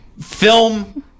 film